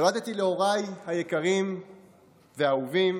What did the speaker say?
נולדתי להוריי היקרים והאהובים,